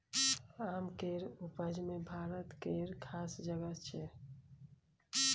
आम केर उपज मे भारत केर खास जगह छै